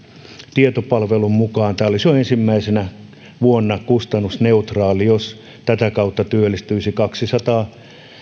tietopalvelun mukaan tämä olisi jo ensimmäisenä vuonna kustannusneutraali jos tätä kautta työllistyisi kaksisataa